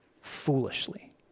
foolishly